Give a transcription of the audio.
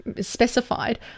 specified